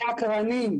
שקרנים.